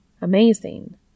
Amazing